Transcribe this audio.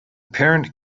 parent